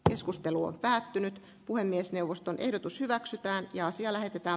keskustelu on päättynyt puhemiesneuvoston ehdotus hyväksytään ja asia lähetetään